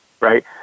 Right